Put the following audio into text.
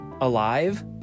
alive